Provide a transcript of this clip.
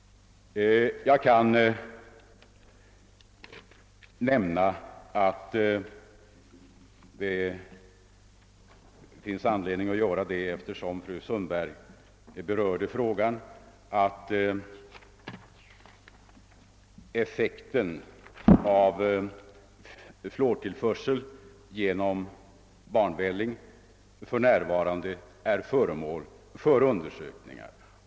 Jag kan nämna — det finns anledning att göra det, eftersom fru Sundberg berörde frågan — att effekten av fluortillförsel genom barnvälling för närvarande är föremål för undersökningar.